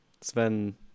Sven